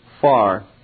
far